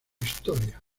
historia